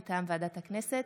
מטעם ועדת הכנסת,